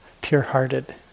pure-hearted